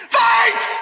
fight